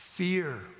Fear